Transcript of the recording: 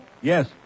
Yes